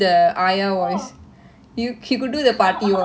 so